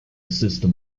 system